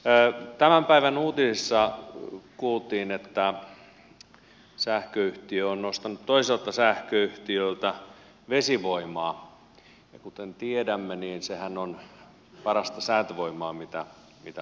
tämän päivän uutisissa kuultiin että sähköyhtiö on ostanut toiselta sähköyhtiöltä vesivoimaa ja kuten tiedämme sehän on parasta säätövoimaa mitä on olemassa